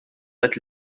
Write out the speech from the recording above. għidt